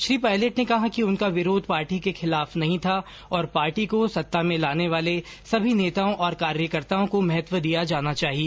श्री पायलट ने कहा कि उनका विरोध पार्टी के खिलाफ नहीं था और पार्टी को सत्ता में लाने वाले सभी नेताओं और कार्यकर्ताओं को महत्व दिया जाना चाहिए